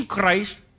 Christ